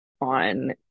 on